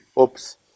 oops